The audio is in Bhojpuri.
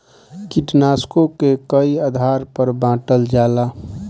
कीटनाशकों के कई आधार पर बांटल जाला